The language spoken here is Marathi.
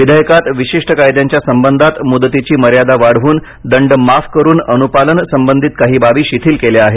विधेयकात विशिष्ट कायद्यांच्या संबंधात मुदतीची मर्यादा वाढवून दंड माफ करुन अनुपालन संबंधित काही बाबी शिथिल केल्या आहेत